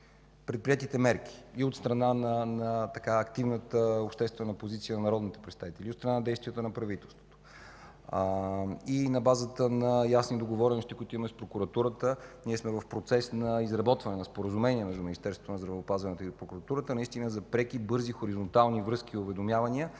предприетите мерки – и от страна на активната обществена позиция на народните представители, и от страна на действията на правителството, и на базата на ясни договорености, които имаме с прокуратурата, ние сме в процес на изработване на споразумение между Министерството на здравеопазването и прокуратурата наистина за преки, бързи, хоризонтални връзки и уведомявания,